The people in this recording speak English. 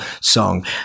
song